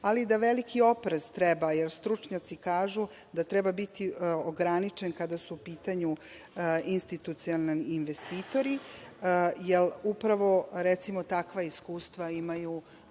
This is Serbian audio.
ali da veliki oprez treba, jer stručnjaci kažu da treba biti ograničen kada su u pitanju institucionalni investitori, jer upravo recimo takva iskustva imaju